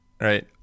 right